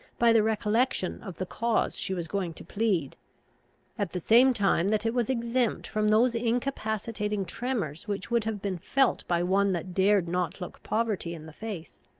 by the recollection of the cause she was going to plead at the same time that it was exempt from those incapacitating tremors which would have been felt by one that dared not look poverty in the face.